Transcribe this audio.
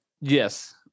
Yes